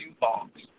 box